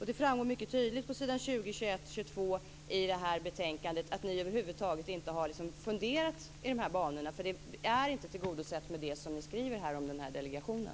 Det framgår mycket tydligt på s. 20, 21 och 22 i detta betänkande att ni över huvud taget inte har funderat i dessa banor. Yrkandet är inte tillgodosett i och med det ni skriver om delegationen.